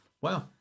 Wow